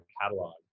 catalog